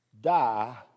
die